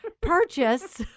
purchase